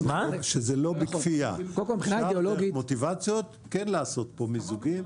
--- כן לעשות פה מיזוגים,